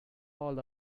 all